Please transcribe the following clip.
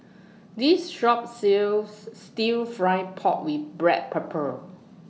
This Shop sells Stir Fried Pork with Black Pepper